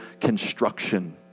construction